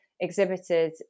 exhibited